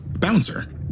Bouncer